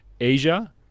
Asia